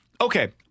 okay